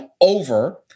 over